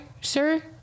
sir